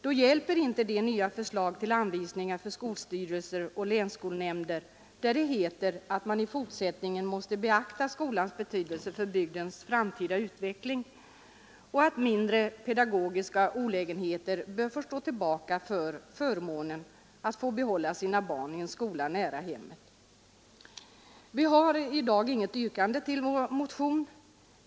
Då hjälper inte de nya förslagen till anvisningar för skolstyrelser och länsskolnämnder, där det heter att man i fortsättningen måste beakta skolans betydelse för bygdens framtida utveckling och att mindre pedagogiska olägenheter bör tillmätas mindre vikt än den förmån det är för barnen att få gå i en skola nära hemmet. Vi ställer i dag inget yrkande om bifall till vår motion.